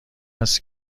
است